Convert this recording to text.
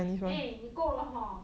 eh 你够了 hor